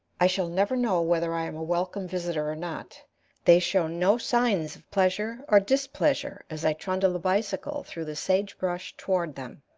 i shall never know whether i am a welcome visitor or not they show no signs of pleasure or displeasure as i trundle the bicycle through the sage-brush toward them.